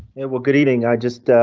well, good evening. i just